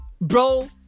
Bro